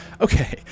Okay